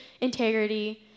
integrity